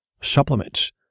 supplements